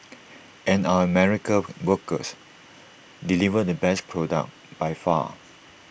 and our American workers deliver the best product by far